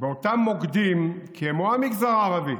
באותם מוקדים כמו במגזר הערבי,